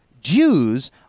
Jews